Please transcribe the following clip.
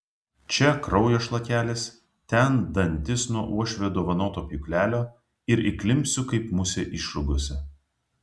čia kraujo šlakelis ten dantis nuo uošvio dovanoto pjūklelio ir įklimpsiu kaip musė išrūgose